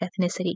ethnicity